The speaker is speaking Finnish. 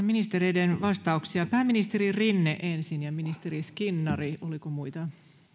ministereiden vastauksia pääministeri rinne ensin ja ministeri skinnari oliko muita